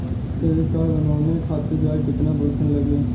Credit card बनवाने खातिर ब्याज कितना परसेंट लगी?